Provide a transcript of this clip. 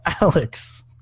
Alex